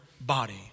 body